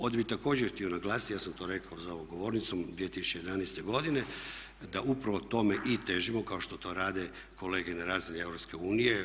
Ovdje bih također htio naglasiti, ja sam to rekao za ovom govornicom 2011. godine, da upravo tome i težimo kao što to rade kolege na razini EU.